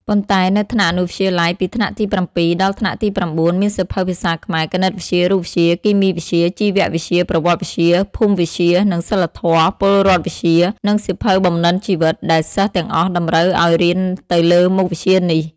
ប៉ុន្តែនៅថ្នាក់អនុវិទ្យាល័យ ពីថ្នាក់ទី៧ ដល់ថ្នាក់ទី៩ មានសៀវភៅភាសាខ្មែរ គណិតវិទ្យា រូបវិទ្យា គីមីវិទ្យា ជីវវិទ្យា ប្រវត្តិវិទ្យា ភូមិវិទ្យា និងសីលធម៌-ពលរដ្ឋវិជ្ជា និងសៀវភៅបំណិនជីវិត ដែលសិស្សទាំងអស់តម្រូវអោយរៀនទៅលើមុខវិជ្ជានេះ។